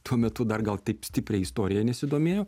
tuo metu dar gal taip stipriai istorija nesidomėjo